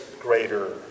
greater